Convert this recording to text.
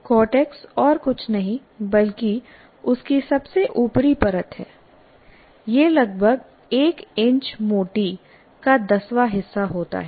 cortex और कुछ नहीं बल्कि उसकी सबसे ऊपरी परत है यह लगभग एक इंच मोटी का दसवां हिस्सा होता है